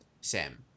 Sam